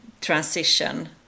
transition